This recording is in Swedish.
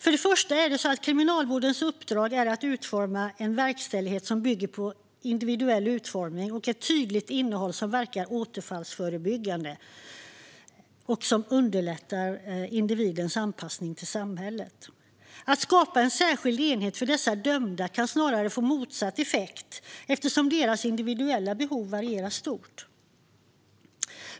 För det första är Kriminalvårdens uppdrag att utforma en verkställighet som bygger på en individuell utformning samt ett tydligt innehåll som verkar återfallsförebyggande och som underlättar individens anpassning i samhället. Att skapa en särskild enhet för dessa dömda kan snarare få motsatt effekt eftersom deras individuella behov varierar stort.